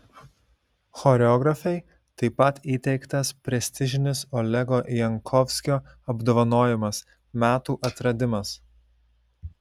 choreografei taip pat įteiktas prestižinis olego jankovskio apdovanojimas metų atradimas